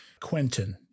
Quentin